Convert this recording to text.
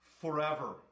forever